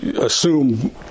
assume